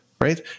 right